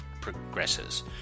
progresses